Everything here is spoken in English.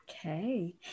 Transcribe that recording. Okay